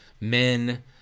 men